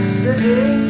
city